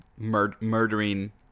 Murdering